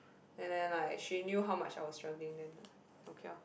and then like she knew how much I was struggling then ah okay lor